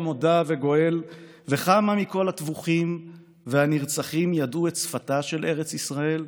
מוֹדָע וגואל! / וכמה מכל הטבוחים והנרצחים ידעו את שפתה של ארץ ישראל?